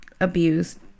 abused